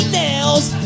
nails